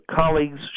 colleagues